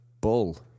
bull